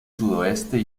sudoeste